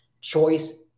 choice